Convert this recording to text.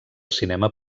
cinema